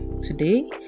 Today